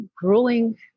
grueling